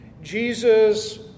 Jesus